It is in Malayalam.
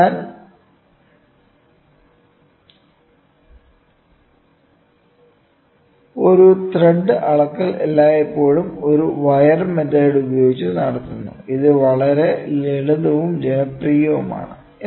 അതിനാൽ ഒരു ത്രെഡ് അളക്കൽ എല്ലായ്പ്പോഴും ഒരു വയർ മെത്തേഡ് ഉപയോഗിച്ച് നടത്തുന്നു ഇത് വളരെ ലളിതവും ജനപ്രിയവുമാണ്